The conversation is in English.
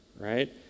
right